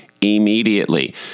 immediately